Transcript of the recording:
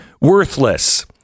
worthless